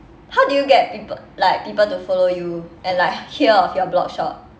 how do you get people like people to follow you and like hear of your blogshop